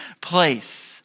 place